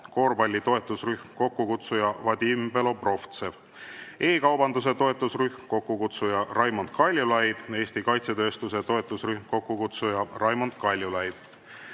korvpalli toetusrühm, kokkukutsuja Vadim Belobrovtsev; e‑kaubanduse toetusrühm, kokkukutsuja Raimond Kaljulaid; Eesti kaitsetööstuse toetusrühm, kokkukutsuja Raimond Kaljulaid;